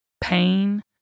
Pain